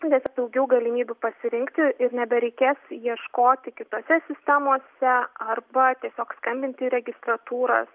nes daugiau galimybių pasirinkti ir nebereikės ieškoti kitose sistemose arba tiesiog skambinti į registratūrą